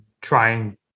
trying